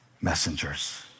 messengers